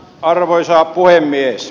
arvoisa puhemies